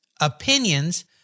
opinions